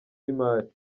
y’imari